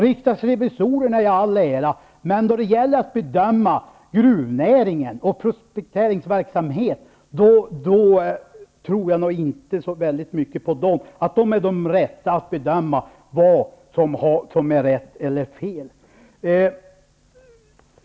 Riksdagsrevisorerna i all ära, men då det gäller att bedöma prospekteringsverksamhet och gruvnäring tror jag nog inte att de är de rätta att bedöma vad som är rätt eller fel.